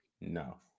No